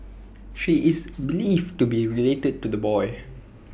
she is believed to be related to the boy